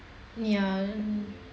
ya